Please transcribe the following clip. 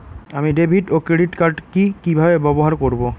আমি ডেভিড ও credit card কি কিভাবে ব্যবহার করব?